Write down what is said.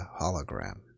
hologram